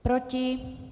Proti?